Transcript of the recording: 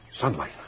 Sunlight